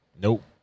nope